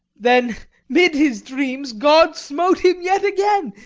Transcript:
then mid his dreams god smote him yet again!